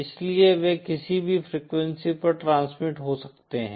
इसलिए वे किसी भी फ्रीक्वेंसी पर ट्रांसमिट हो सकते हैं